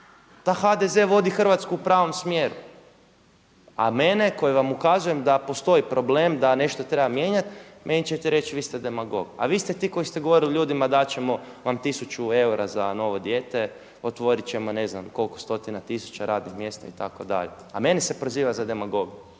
da HDZ vodi Hrvatsku u pravom smjeru a mene koji vam ukazujem da postoji problem, da nešto treba mijenjati meni ćete reći vi ste demagog. A vi ste ti koji ste govorili ljudima dat ćemo vam 1000 eura za novo dijete, otvorit ćemo ne znam koliko stotina tisuća radnih mjesta itd. a mene se proziva da sam demagog,